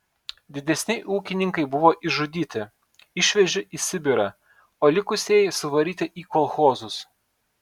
didesni ūkininkai buvo išžudyti išveži į sibirą o likusieji suvaryti į kolchozus